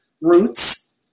roots